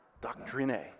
doctrine